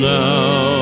now